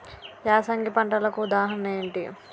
యాసంగి పంటలకు ఉదాహరణ ఏంటి?